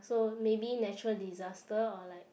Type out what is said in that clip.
so maybe natural disaster or like